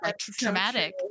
traumatic